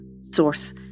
source